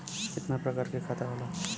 कितना प्रकार के खाता होला?